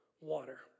water